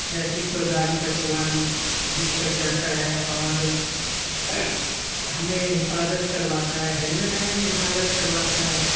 traffic پہ گاڑی کا چلان بھی کٹ جاتا ہے اور ہمیں حفاظت کرواتا ہے ہیلمیٹ ہمیں حفاظت کرواتا ہے